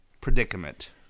predicament